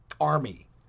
army